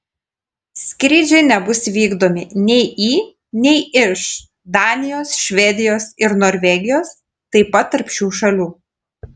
skrydžiai nebus vykdomi nei į nei iš danijos švedijos ir norvegijos taip pat tarp šių šalių